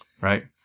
right